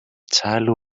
child